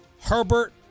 Herbert